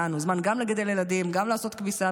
היה לנו זמן גם לגדל ילדים וגם לעשות כביסה,